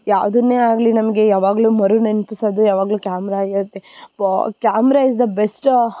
ಯಾದನ್ನೇ ಆಗಲಿ ನಮಗೆ ಯಾವಾಗಲೂ ಮರು ನೆನ್ಪಿಸೋದು ಯಾವಾಗಲೂ ಕ್ಯಾಮ್ರ ಆಗಿರುತ್ತೆ ಬೊ ಕ್ಯಾಮ್ರ ಇಸ್ ದ ಬೆಸ್ಟ